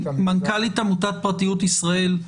מנכ"לית עמותת פרטיות ישראל.